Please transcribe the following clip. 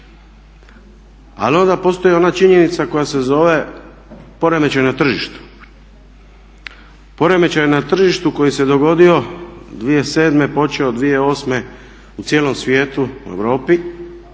Ali onda postoji ona činjenica koja se zove poremećaj na tržištu. Poremećaj na tržištu koji se dogodio 2007., počeo 2008. u cijelom svijetu, u Europi,